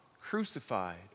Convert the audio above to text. crucified